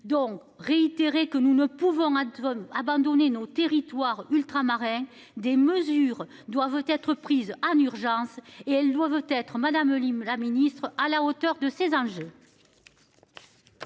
donc réitéré que nous ne pouvons. Abandonner nos territoires ultramarins, des mesures doivent voter être prise en urgence et elles doivent être Madame Lim, la ministre à la hauteur de ces enjeux.